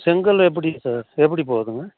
செங்கல் எப்படி சார் எப்படி போதுங்க